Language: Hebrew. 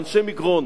ואנשי מגרון,